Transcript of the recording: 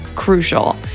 crucial